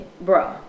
Bro